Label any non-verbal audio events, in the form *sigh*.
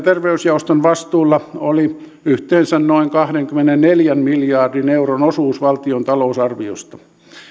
*unintelligible* terveysjaoston vastuulla oli yhteensä noin kahdenkymmenenneljän miljardin euron osuus valtion talousarviosta